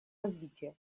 развития